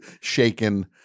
shaken